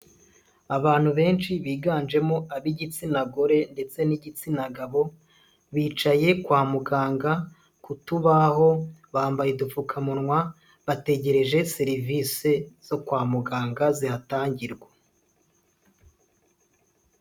Abantu benshi biganjemo ab'igitsina gore ndetse n'igitsina gabo, bicaye kwa muganga ku tubaho, bambaye udupfukamunwa bategereje serivisi zo kwa muganga zihatangirwa.